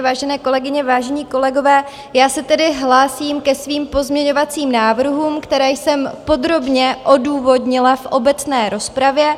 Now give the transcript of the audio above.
Vážené kolegyně, vážení kolegové, já se tedy hlásím ke svým pozměňovacím návrhům, které jsem podrobně odůvodnila v obecné rozpravě.